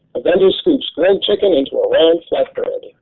a vendor scoops grilled chicken in to a round flat bread.